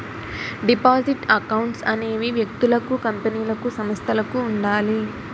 deposit accounts అనేవి వ్యక్తులకు కంపెనీలకు సంస్థలకు ఉండాలి